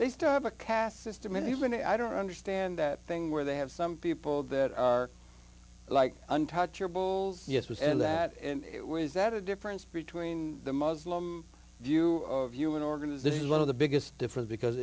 they still have a caste system and even i don't understand that thing where they have some people that are like untouchables yes was and that it was that a difference between the muslim view of human organization is one of the biggest difference because